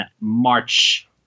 March